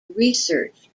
research